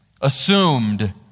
assumed